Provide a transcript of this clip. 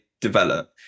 develop